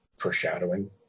foreshadowing